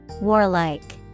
Warlike